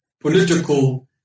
political